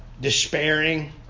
despairing